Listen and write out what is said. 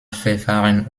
verfahren